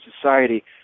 society